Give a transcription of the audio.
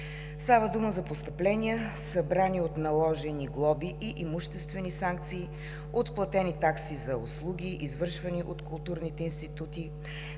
Става дума за постъпления, събрани от наложени глоби и имуществени санкции; от платени такси за услуги, извършвани от културните институти;